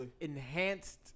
enhanced